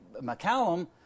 mccallum